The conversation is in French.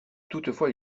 toutefois